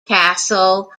castle